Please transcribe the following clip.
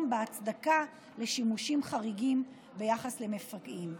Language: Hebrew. בהצדקה לשימושים חריגים ביחס למפגעים.